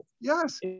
Yes